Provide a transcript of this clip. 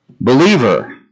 Believer